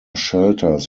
shelters